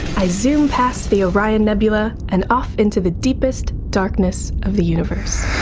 i zoom past the orion nebula and off into the deepest darkness of the universe.